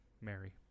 Mary